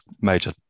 major